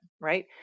right